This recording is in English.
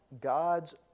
God's